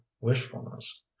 wishfulness